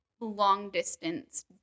long-distance